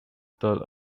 told